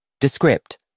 Descript